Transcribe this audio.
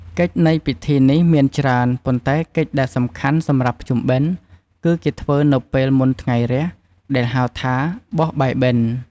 កិច្ចនៃពិធីនេះមានច្រើន ប៉ុន្តែកិច្ចដែលសំខាន់សម្រាប់ភ្ជុំបិណ្ឌ គឺគេធ្វើនៅពេលមុនថ្ងៃរះ ដែលហៅថាបោះបាយបិណ្ឌ។